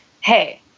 hey